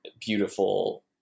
beautiful